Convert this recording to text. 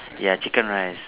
ya chicken rice